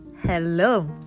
hello